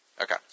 Okay